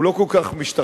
הוא לא כל כך משתכנע,